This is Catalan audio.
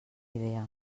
idea